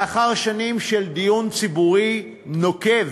לאחר שנים של דיון ציבורי נוקב